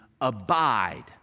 Abide